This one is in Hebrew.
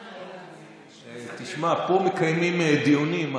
תשמע, פה מקיימים דיונים.